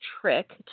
trick